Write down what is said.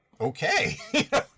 okay